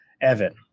evan